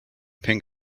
pink